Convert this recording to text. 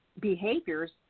Behaviors